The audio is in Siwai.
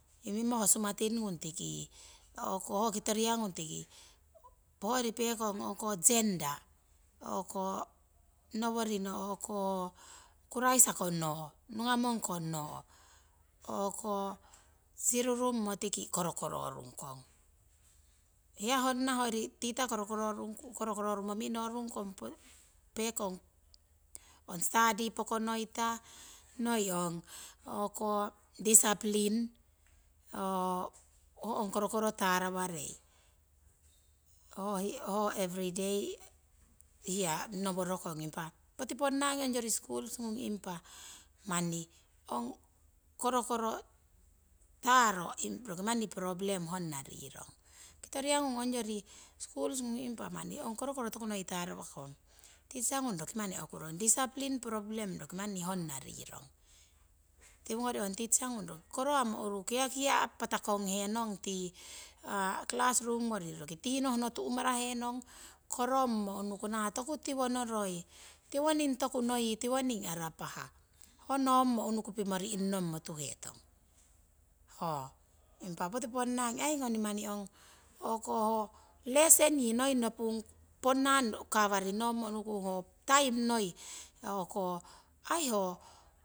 Umimoho kitoriyagung hoyori pekong gender noworina kuraisa kono nugamongko no sirunungmo korokororung kong. Hia honnah korokororungmo mihnonungkong ong study pokonoita noi ong decipline hoong korokoro. Hoevery aay hianoworokong impah poti ponnah ongyori skuls gung impah manni hong korokoro taro roki manni problem honnah rirong. Kitoriyagung ongyori skulsgung impah manni korokoro tokunoi tarawakong. Teachegung decipline problem roki manni honnah rirong tiwogori ong teachergung roki korowamo uruku kiakia patakonghe nongtii classroom koriroki tinohno tuhmarahenong korongmounui hahah tokutiwogoroi tiwoning tokunovi tiwoning arapah honnongmo unuku pimo rinnoong mo tuhetong. Impah hopuh pomahkii ho lesson pongna covering nongmo unukui hotime noi aii ho.